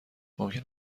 ممکن